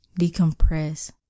decompress